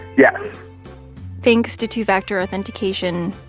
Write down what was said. yeah thanks to two-factor authentication,